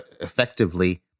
effectively